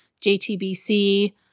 JTBC